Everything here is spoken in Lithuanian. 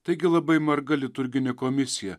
taigi labai marga liturginė komisija